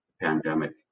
pandemic